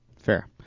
Fair